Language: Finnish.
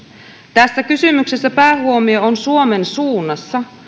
tässä kysymyksessä päähuomio on suomen suunnassa